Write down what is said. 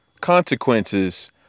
consequences